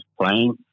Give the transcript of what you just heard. playing